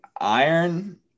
iron